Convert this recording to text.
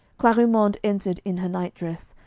clarimonde entered in her nightdress,